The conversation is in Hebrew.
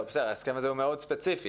ההסכם הזה הוא מאוד ספציפי,